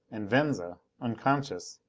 and venza, unconscious,